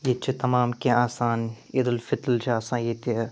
ییٚتہِ چھِ تمام کیٚنٛہہ آسان عیٖدُالفطر چھِ آسان ییٚتہِ